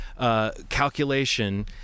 calculation